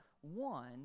one